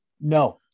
No